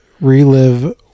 relive